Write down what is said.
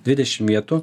dvidešim vietų